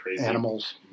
animals